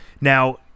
Now